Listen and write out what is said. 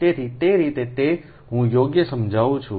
તેથી તે રીતે તે હું યોગ્ય સમજાવું છું